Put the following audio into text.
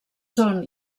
són